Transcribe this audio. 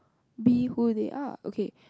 be who they are okay